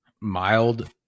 mild